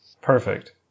Perfect